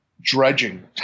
dredging